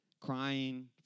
crying